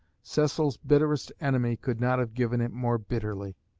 cecil's bitterest enemy could not have given it more bitterly.